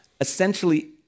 essentially